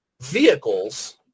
vehicles